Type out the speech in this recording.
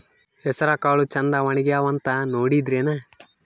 ಹೆಸರಕಾಳು ಛಂದ ಒಣಗ್ಯಾವಂತ ನೋಡಿದ್ರೆನ?